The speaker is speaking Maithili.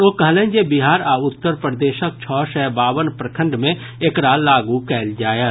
ओ कहलनि जे बिहार आ उत्तर प्रदेशक छओ सय बावन प्रखंड मे एकरा लागू कयल जायत